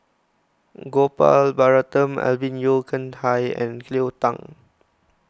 Gopal Baratham Alvin Yeo Khirn Hai and Cleo Thang